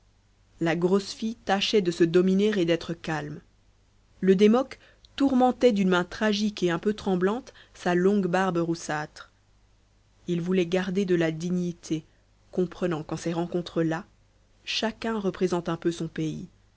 la grosse fille tâchait de se dominer et d'être calme le démoc tourmentait d'une main tragique et un peu tremblante sa longue barbe roussâtre ils voulaient garder de la dignité comprenant qu'en ces rencontres là chacun représente un peu son pays